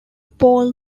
pearl